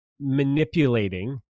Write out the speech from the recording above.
manipulating